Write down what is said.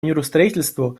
миростроительству